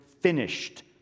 finished